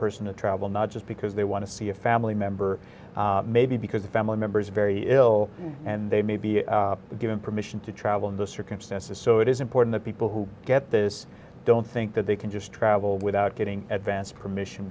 person to travel not just because they want to see a family member maybe because the family members are very ill and they may be given permission to travel in those circumstances so it is important for people who get this don't think that they can just travel without getting at vance permission